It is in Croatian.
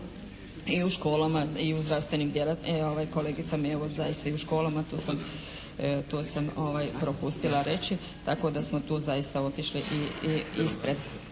i kolegica mi je zaista u školama, tu sam propustila reći, tako da smo tu zaista otišli i ispred.